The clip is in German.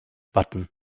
button